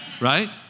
Right